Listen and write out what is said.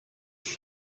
σου